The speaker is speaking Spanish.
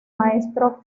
maestro